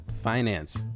finance